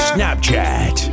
Snapchat